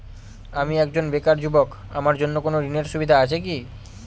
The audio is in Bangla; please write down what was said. আমি একজন বেকার যুবক আমার জন্য কোন ঋণের সুবিধা আছে কি?